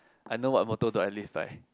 I know what motto do I live by